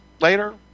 later